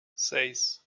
seis